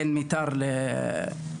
בין מיתר לערד.